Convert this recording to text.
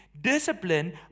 discipline